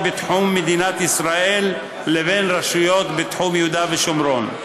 בתחום מדינת ישראל ובין רשויות בתחום יהודה ושומרון.